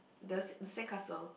the sand castle